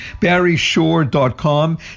barryshore.com